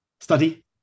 study